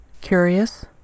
curious